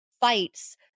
fights